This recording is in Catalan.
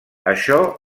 això